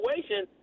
situation